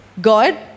God